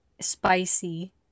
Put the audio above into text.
spicy